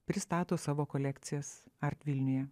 pristato savo kolekcijas art vilniuje